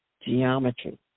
geometry